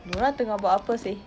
nora tengah buat apa seh